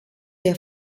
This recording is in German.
der